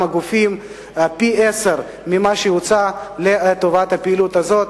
גופים פי-עשרה ממה שהוצא לטובת הפעילות הזאת.